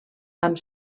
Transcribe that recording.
amb